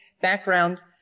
background